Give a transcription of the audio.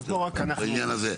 בעניין הזה.